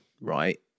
Right